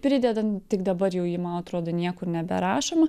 pridedant tik dabar jau ji man atrodo niekur neberašoma